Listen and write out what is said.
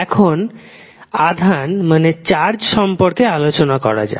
এখন আধান সম্পর্কে আলোচনা করা যাক